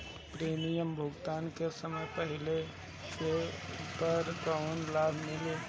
Premium भुगतान समय से पहिले करे पर कौनो लाभ मिली?